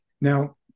Now